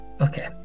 okay